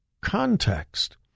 context